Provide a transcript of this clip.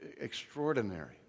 extraordinary